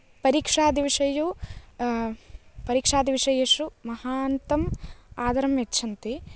परिक्षादिविषयू परीक्षादिविषयेषु महान्तम् आदरं यच्छन्ति